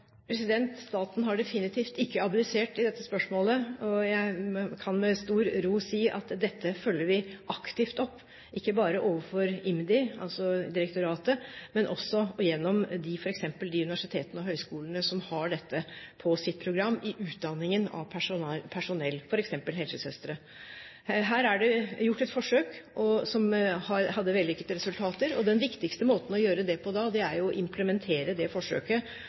Staten har definitivt ikke abdisert i dette spørsmålet, og jeg kan med stor ro si at dette følger vi aktivt opp, ikke bare overfor IMDi – altså direktoratet – men også gjennom f.eks. de universitetene og høyskolene som har dette på sitt program i utdanningen av personell, f.eks. helsesøstre. Her er det gjort et forsøk, med vellykkede resultater, og den viktigste måten å gjøre det på da er jo å implementere det forsøket